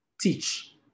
teach